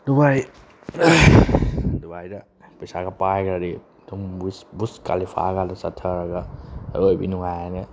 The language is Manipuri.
ꯗꯨꯕꯥꯏ ꯗꯨꯕꯥꯏꯗ ꯄꯩꯁꯥꯒ ꯄꯥꯏꯈ꯭ꯔꯗꯤ ꯑꯗꯨꯝ ꯕꯨꯔꯖ ꯕꯨꯔꯖ ꯈꯥꯂꯤꯐꯥꯒꯗꯣ ꯆꯠꯊꯔꯒ ꯑꯔꯣꯏꯕꯤ ꯅꯨꯡꯉꯥꯏꯔꯅꯤ